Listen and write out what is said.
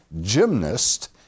gymnast